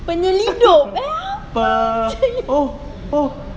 penyelidup eh apa lah